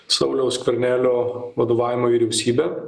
sauliaus skvernelio vadovaujama vyriausybe